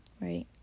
right